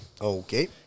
Okay